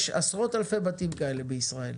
יש עשרות אלפי בתים כאלה בישראל.